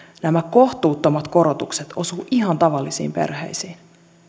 nämä kohtuuttomat korotukset osuvat ihan tavallisiin perheisiin